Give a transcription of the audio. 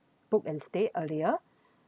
book and stay earlier